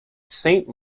saint